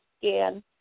scan